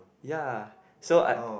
ya so I